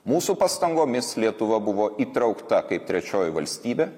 mūsų pastangomis lietuva buvo įtraukta kaip trečioji valstybė